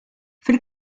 fil